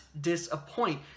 disappoint